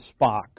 Spock